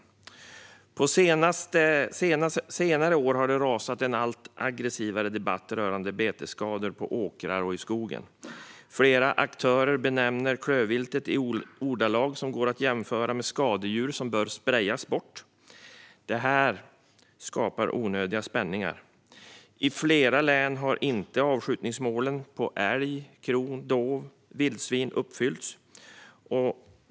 På senare år har det rasat en allt aggressivare debatt om betesskador på åkrar och i skogen. Flera aktörer talar om klövviltet i ordalag som att de går att jämföra med skadedjur som bör sprejas bort. Detta skapar onödiga spänningar. I flera län har avskjutningsmålen för älg, kronhjort, dovhjort och vildsvin uppfyllts.